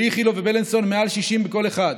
באיכילוב ובבילינסון, מעל 60 בכל אחד.